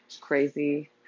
Crazy